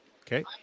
Okay